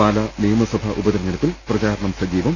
പാല നിയമസഭാ ഉപതിരഞ്ഞെടുപ്പിൽ പ്രചാരണം സജീവം